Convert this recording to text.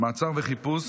(מעצר וחיפוש)